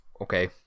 okay